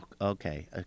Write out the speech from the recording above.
Okay